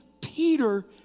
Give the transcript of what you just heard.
Peter